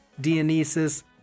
Dionysus